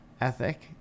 ethic